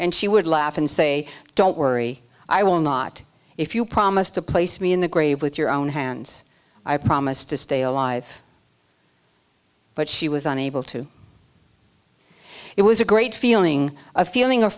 and she would laugh and say don't worry i will not if you promise to place me in the grave with your own hands i promise to stay alive but she was unable to it was a great feeling a feeling of